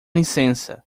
licença